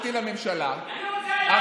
אין לי מושג,